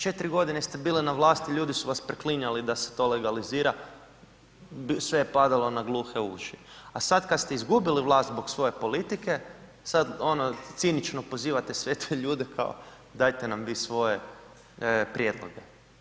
4 godine ste bili na vlasti, ljudi su vas preklinjali da se to legalizira, sve je padalo na gluhe uši, a sad kad ste izgubili vlast zbog svoje politike, sad ono cinično pozivate sve te ljude kao dajte nam vi svoj prijedloge.